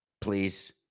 please